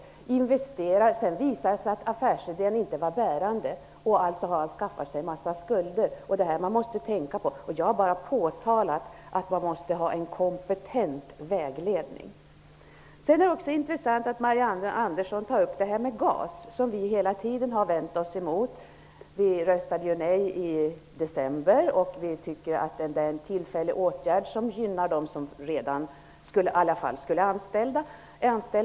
Om det sedan visar sig att affärsidén inte var bärande, har han ändå kvar sina skulder. Detta måste man tänka på. Jag har bara pekat på att man måste ge en kompetent vägledning. Det är intressant att Marianne Andersson tar upp GAS, som vi hela tiden har vänt oss mot. Vi röstade nej i december till GAS, som vi tycker är en tillfällig åtgärd, som gynnar sådana som ändå skulle ha anställt personer.